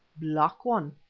black one,